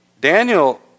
Daniel